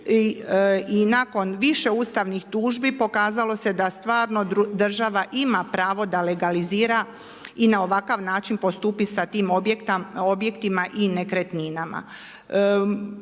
i nakon više ustavnih tužbi pokazalo se da stvarno država ima pravo da legalizira i na ovakav način postupi sa tim objektima i nekretninama.